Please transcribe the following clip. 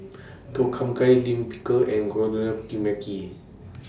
Tom Kha Gai Lime Pickle and